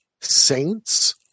Saints